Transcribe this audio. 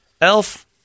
Elf